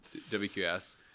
wqs